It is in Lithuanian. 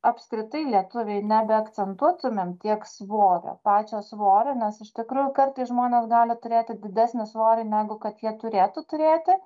apskritai lietuviai nebeakcentuotumėm tiek svorio pačio svorio nes iš tikrųjų kartais žmonės gali turėti didesnį svorį negu kad jie turėtų turėti